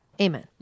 Amen